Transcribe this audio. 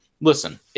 Listen